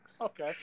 okay